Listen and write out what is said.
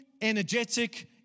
energetic